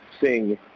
sing